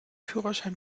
führerschein